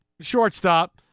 shortstop